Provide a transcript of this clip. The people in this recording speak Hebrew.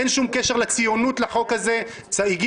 אין שום קשר לחוק הזה לציונות.